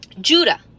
Judah